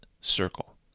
circle